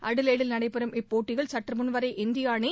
அடிலெய்டில் நடைபெறும் இப்போட்டியில் சற்று முன்வரை இந்திய அணி